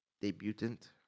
Debutant